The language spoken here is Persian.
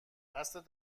دستت